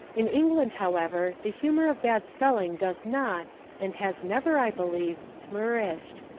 in england, however, the humour of bad spelling does not and has never, i believe, flourished.